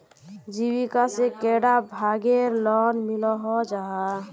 जीविका से कैडा भागेर लोन मिलोहो जाहा?